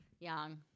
Young